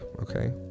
okay